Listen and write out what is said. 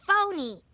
phony